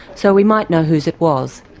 so we might know whose it was.